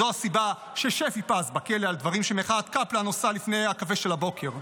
זו הסיבה ששפי פז בכלא על דברים שמחאת קפלן עושה לפני הקפה של הבוקר,